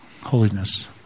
Holiness